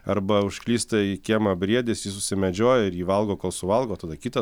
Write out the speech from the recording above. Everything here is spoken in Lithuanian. arba užklysta į kiemą briedis jį susimedžioja ir jį valgo kol suvalgo tada kitą